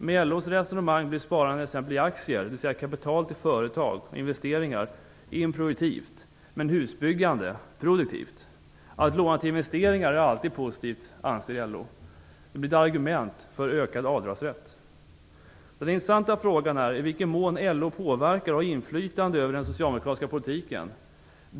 Med LO:s resonemang blir sparande i t.ex. aktier - dvs. kapital till företag och investeringar - improduktivt, men husbyggande produktivt. Att låna till investeringar är alltid positivt, anser LO. Det blir ett argument för ökad avdragsrätt. Den intressanta frågan är i vilken mån LO påverkar och har inflytande över den socialdemokratiska politiken.